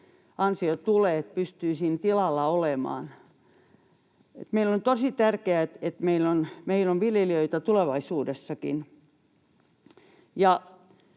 että kuukausiansio tulee, että pystyy siinä tilalla olemaan. On tosi tärkeää, että meillä on viljelijöitä tulevaisuudessakin.